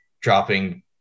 dropping